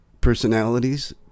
personalities